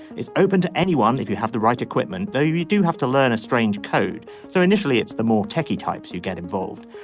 it's open to anyone. if you have the right equipment though you do have to learn a strange code. so initially it's the more techie types you get involved.